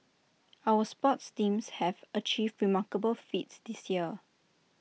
our sports teams have achieved remarkable feats this year